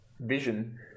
vision